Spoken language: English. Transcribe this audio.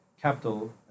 capital